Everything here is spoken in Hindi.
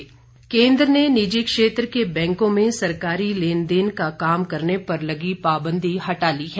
केन्द्र सरकार केन्द्र ने निजी क्षेत्र के बैंकों में सरकारी लेन देन का काम करने पर लगी पाबंदी हटा ली है